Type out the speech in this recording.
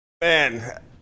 man